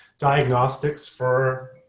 diagnostics for